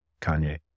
kanye